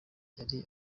yari